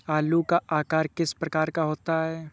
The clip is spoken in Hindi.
आलू का आकार किस प्रकार का होता है?